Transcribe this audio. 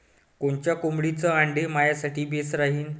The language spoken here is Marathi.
कोनच्या कोंबडीचं आंडे मायासाठी बेस राहीन?